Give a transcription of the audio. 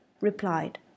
replied